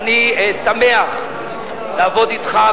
ואני שמח לעבוד אתך,